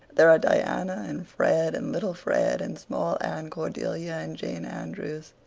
there are diana and fred and little fred and small anne cordelia and jane andrews.